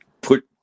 put